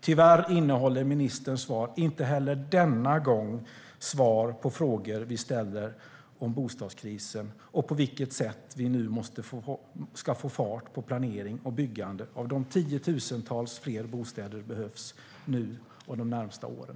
Tyvärr innehåller ministerns svar inte heller denna gång svar på frågor vi ställer om bostadskrisen och på vilket sätt vi nu ska få fart på planering och byggande av de tiotusentals fler bostäder som behövs nu och de närmaste åren.